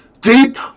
Deep